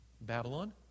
Babylon